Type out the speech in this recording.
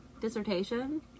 dissertation